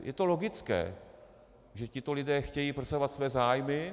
Je to logické, že tito lidé chtějí prosazovat své zájmy.